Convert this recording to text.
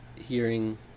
hearing